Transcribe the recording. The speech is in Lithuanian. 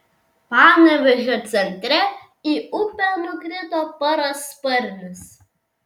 panevėžio centre į upę nukrito parasparnis